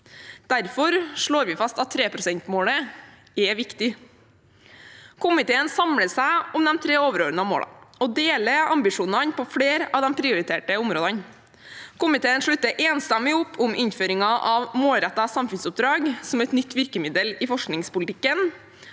Derfor slår vi fast at 3-prosentmålet er viktig. Komiteen samler seg om de tre overordnede målene og deler ambisjonene på flere av de prioriterte områdene. Komiteen slutter enstemmig opp om innføringen av målrettede samfunnsoppdrag som et nytt virkemiddel i forskningspolitikken